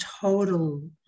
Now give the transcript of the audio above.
total